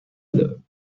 other